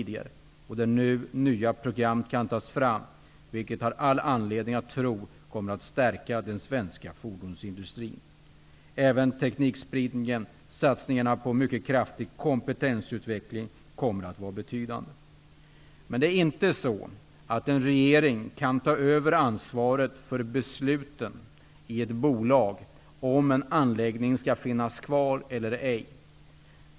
Det är nu som nya program kan tas fram, och jag har all anledning att tro att det kommer att stärka den svenska fordonsindustrin. Även teknikspridningen och satsningarna på en mycket kraftig kompetensutveckling kommer att vara betydande. Men en regering kan inte ta över ett bolags ansvar för beslutet om en anläggning skall finnas kvar eller ej.